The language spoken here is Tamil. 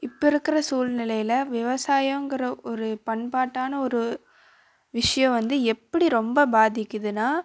இப்போ இருக்கிற சூழ்நிலையில் விவசாயோங்கிற ஒரு பண்பாட்டான ஒரு விஷயோம் வந்து எப்படி ரொம்ப பாதிக்குதுனா